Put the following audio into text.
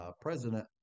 president